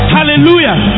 Hallelujah